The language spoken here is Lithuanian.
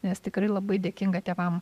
nes tikrai labai dėkinga tėvam